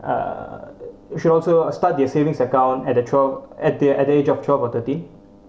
uh you should also start the savings account at the twelve at the at the age of twelve or thirteen